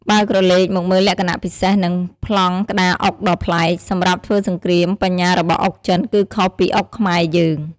បើក្រឡេកមកមើលលក្ខណៈពិសេស និងប្លង់ក្តារអុកដ៏ប្លែក សម្រាប់ធ្វើសង្គ្រាមបញ្ញារបស់អុកចិនគឺខុសពីអុកខ្មែរយើង។